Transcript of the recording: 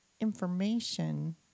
information